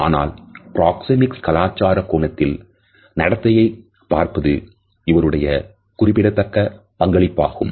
ஆனால் பிராக்சேமிக்ஸ்கலாச்சார கோணத்தில் நடத்தையை படிப்பது இவருடைய பங்களிப்பாகும்